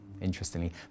interestingly